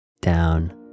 down